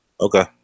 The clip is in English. Okay